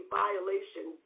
violation